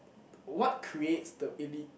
what creates the elite